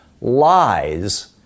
lies